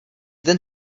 ten